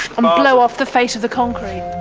um blow off the face of the concrete.